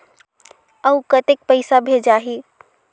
अउ कतेक पइसा भेजाही?